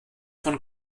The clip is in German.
von